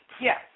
Yes